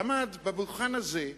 עמד על הדוכן הזה,